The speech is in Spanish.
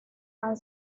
han